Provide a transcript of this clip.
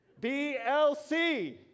BLC